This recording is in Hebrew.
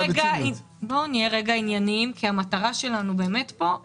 בואו נהיה רגע ענייניים כי המטרה שלנו כאן היא